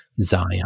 Zion